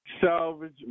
salvage